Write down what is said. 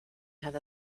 had